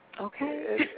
Okay